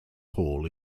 paul